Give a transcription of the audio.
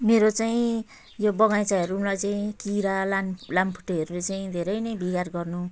मेरो चाहिँ यो बगैँचाहरू मलाई चाहिँ किरा लामखुट्टेहरूले चाहिँ धेरै नै बिगार गर्नु